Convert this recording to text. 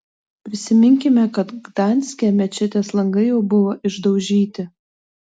prisiminkime kad gdanske mečetės langai jau buvo išdaužyti